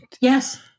Yes